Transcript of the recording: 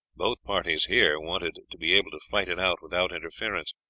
both parties here wanted to be able to fight it out without interference.